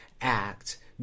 act